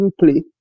simply